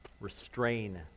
Restrain